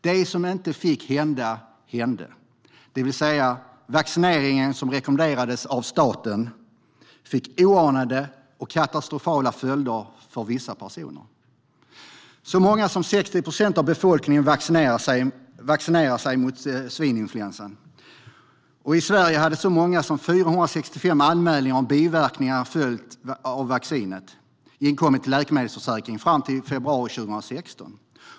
Det som inte fick hända hände, det vill säga vaccineringen som rekommenderades av staten fick oanade och katastrofala följder för vissa personer. Så många som 60 procent av befolkningen vaccinerade sig mot svininfluensan. I Sverige hade så många som 465 anmälningar om biverkningar till följd av vaccinet inkommit till Läkemedelsförsäkringen fram till februari 2016.